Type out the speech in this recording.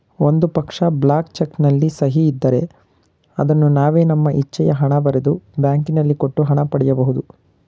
ಒಂದು ಪಕ್ಷ, blank cheque ನಲ್ಲಿ ಸಹಿ ಇದ್ದರೆ ಅದನ್ನು ನಾವೇ ನಮ್ಮ ಇಚ್ಛೆಯ ಹಣ ಬರೆದು, ಬ್ಯಾಂಕಿನಲ್ಲಿ ಕೊಟ್ಟು ಹಣ ಪಡಿ ಬಹುದು